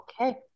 okay